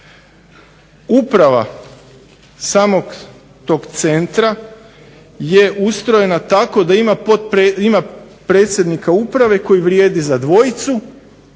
Uprava samog tog centra je ustrojena tako da ima predsjednika uprave koji vrijedi za dvojicu